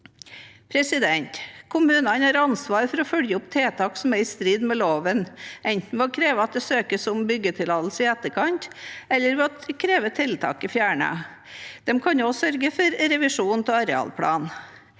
Kommunene har ansvar for å følge opp tiltak som er i strid med loven, enten ved å kreve at det søkes om byggetillatelse i etterkant eller ved å kreve tiltaket fjernet. De kan også sørge for revisjon av arealplan.